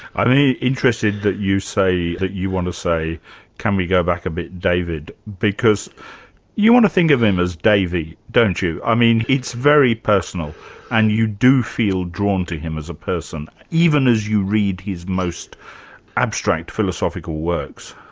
i'm really interested that you say that you want to say can we go back a bit, david? because you want to think of him as david, don't you? i mean it's very personal and you do feel drawn to him as a person, even as you read his most abstract philosophical works.